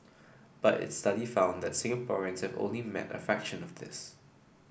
but its study found that Singaporeans have only met a fraction of this